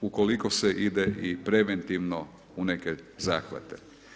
ukoliko se ide i preventivno u neke zahvate.